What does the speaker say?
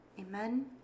Amen